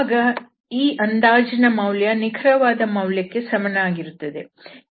ಆಗ ಈ ಅಂದಾಜಿನ ಮೌಲ್ಯ ನಿಖರವಾದ ಮೌಲ್ಯಕ್ಕೆ ಸಮನಾಗುತ್ತದೆ